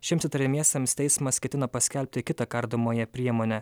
šiems įtariamiesiems teismas ketina paskelbti kitą kardomąją priemonę